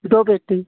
दो व्यक्ति